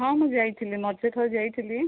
ହଁ ମୁଁ ଯାଇଥିଲି ମଝିରେ ଥରେ ଯାଇଥିଲି